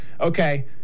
okay